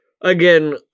Again